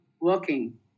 working